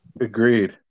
Agreed